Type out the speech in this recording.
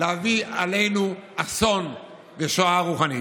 להביא עלינו אסון ושואה רוחנית.